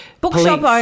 bookshop